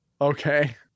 Okay